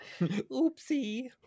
Oopsie